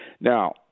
Now